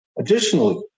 Additionally